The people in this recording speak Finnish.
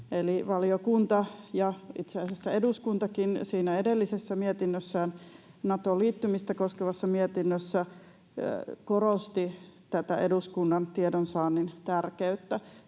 Eli valiokunta ja itse asiassa eduskuntakin siinä edellisessä mietinnössään, Natoon liittymistä koskevassa mietinnössä, korosti tätä eduskunnan tiedonsaannin tärkeyttä,